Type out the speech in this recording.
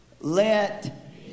let